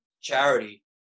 charity